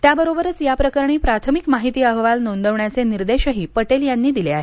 त्याबरोबरच या प्रकरणी प्राथमिक माहिती अहवाल नोंदवण्याचे निर्देशही पटेल यांनी दिले आहेत